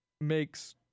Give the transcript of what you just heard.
makes